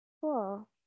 Cool